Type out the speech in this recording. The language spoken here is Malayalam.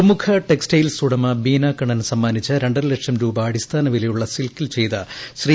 പ്രമുഖ ടെക്സ്റ്റൈൽസ് ഉടമ ബീനാ കണ്ണൻ സമ്മാനിച്ച രണ്ടരലക്ഷം രൂപ അടിസ്ഥാന വിലയുള്ള സിൽക്കിൽ ചെയ്ത ശ്രീ